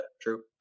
true